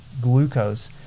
glucose